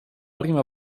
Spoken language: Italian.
prima